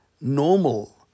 normal